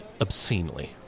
obscenely